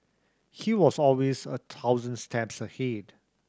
he was always a thousand steps ahead